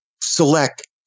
select